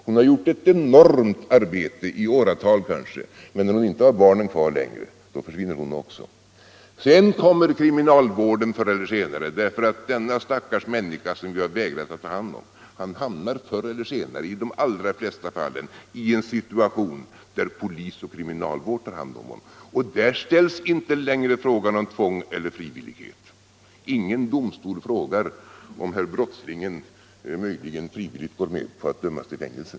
Hon har kanske gjort ett enormt arbete i åratal, men när hon inte har barnen kvar längre försvinner hon också. Sedan kommer kriminalvården förr eller senare, ty denna stackars människa som vi har vägrat att ta hand om hamnar förr eller senare i de allra flesta fall i en situation, där polis och kriminalvård tar hand om honom. Och där ställs inte längre frågan om tvång eller frivillighet. Ingen domstol frågar om herr brottslingen möjligen frivilligt går med på att dömas till fängelse.